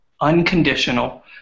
unconditional